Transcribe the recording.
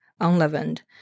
unleavened